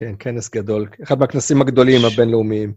כן, כנס גדול, אחד מהכנסים הגדולים הבינלאומיים.